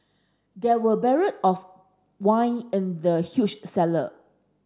there were barrel of wine in the huge cellar